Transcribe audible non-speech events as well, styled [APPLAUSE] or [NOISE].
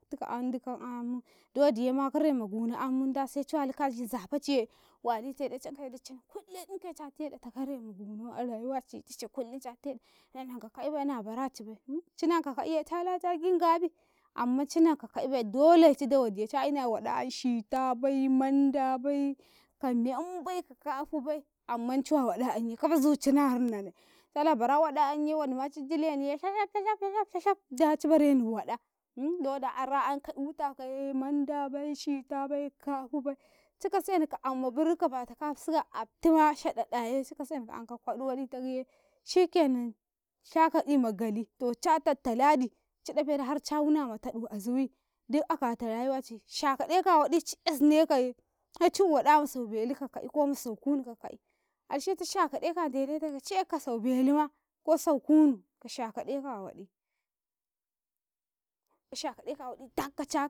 dika an dowidiyema kare ma guna am munda se ci walika agi nzafaci ye wali taɗeciyankaye dicin kullum 'yak kaye catedo ta karai ma guno a rayuwaci dici kullum ca tad enkaye nannaka ka'ibai na baracibai [HESITATION] ci nanka ka'iye calaci a gi ngabi, amman cinaka ka'ibai dole ci dowodiye ca ina waɗa an shitabai manda bai ka membai ka kafi bai amman ciwa waɗa anye kafa zuci na rinane, cala bara waɗa 'anye wodima ci jinleniya sha-shaf, shaf, shaf, daci bareni woda [HESITATION] dowodi ara'an ka eutakaye, mandabai shitabai, kafibai, cikaseni ka amma burun ka bata kafi siga, aftima shaɗaɗaye cikaseni ka anka kwaɗi waɗi tak ye shaka'i magali to ta tattalidi, ci ɗafe da har har ca wuna ma taɗu a zuyi duk a kata rayuwaci, shakaɗeka waɗi ci yasnekaye se ci eu waɗa ma sau belu kaka'i ko ma sau kunu ka ka'i ashe ci shakaɗeka ndenetaka ci eka ka sau beluma ko sau kunu ka shakaɗeka waɗii, shakaɗeka waɗi tak.